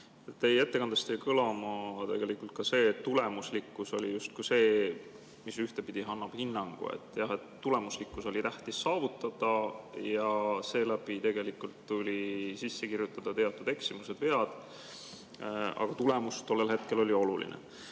Teie ettekandest jäi kõlama, et tulemuslikkus oli justkui see, mis ühtepidi annab hinnangu. Tulemuslikkus oli tähtis saavutada ja seetõttu tuli sisse kirjutada teatud eksimused, vead. Aga tulemus tollel hetkel oli oluline.